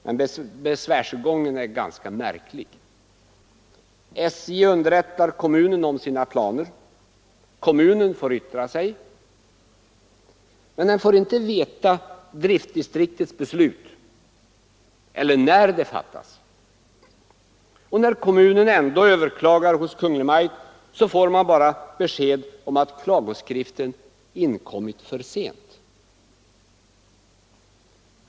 Men besvärsgången är ganska märklig. SJ underrättar kommunen om sina planer. Kommunen får yttra sig, men den får inte veta vilket beslut driftdistriktet fattar och när det fattas. När kommunen ändå överklagar hos Kungl. Maj:t får den bara besked om att klagoskriften inkommit för sent.